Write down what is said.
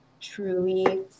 truly